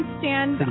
stand